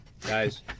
guys